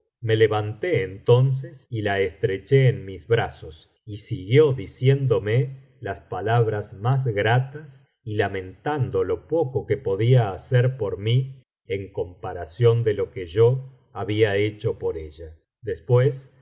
me levanté entonces y la estreché en mis brazos y siguió diciéndome las palabras más gratas y lamentando lo poco que podía hacer por mí en comparación de lo que yo había hecho por ella después